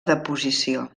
deposició